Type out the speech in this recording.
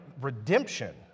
redemption